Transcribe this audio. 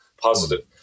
positive